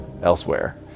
elsewhere